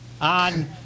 on